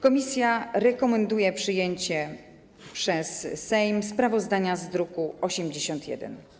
Komisja rekomenduje przyjęcie przez Sejm sprawozdania z druku nr 81.